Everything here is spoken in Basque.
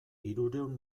hirurehun